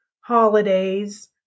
holidays